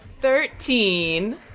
Thirteen